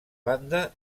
banda